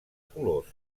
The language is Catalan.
colors